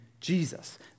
Jesus